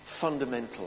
fundamental